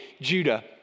Judah